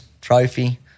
trophy